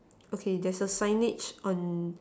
okay there's a signage on